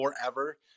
forever